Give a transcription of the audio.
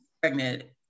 pregnant